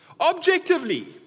Objectively